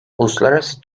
uluslararası